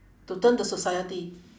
to turn to society